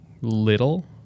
little